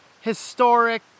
historic